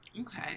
Okay